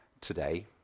today